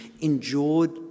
endured